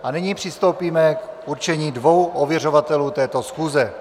A nyní přistoupíme k určení dvou ověřovatelů této schůze.